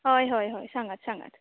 हय हय हय सांगात सांगात